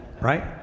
Right